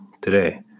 today